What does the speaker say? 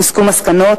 הוסקו מסקנות,